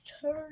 turn